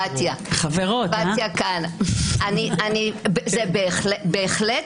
זה בהחלט